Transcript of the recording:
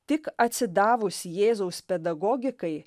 tik atsidavus jėzaus pedagogikai